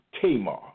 Tamar